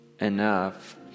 enough